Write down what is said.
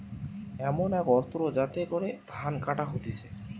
এমন এক অস্ত্র যাতে করে ধান কাটা হতিছে